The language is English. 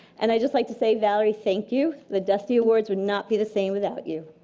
and i'd just like to say, valerie, thank you. the dusty awards would not be the same without you.